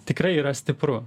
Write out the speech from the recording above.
tikrai yra stipru